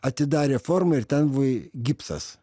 atidarė formą ir ten buvo gipsas